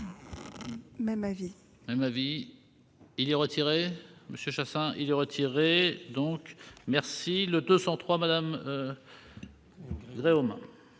Même avis.